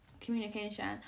communication